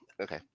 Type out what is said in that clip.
Okay